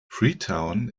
freetown